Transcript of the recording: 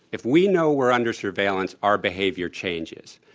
if we know we're under surveillance, our behavior changes,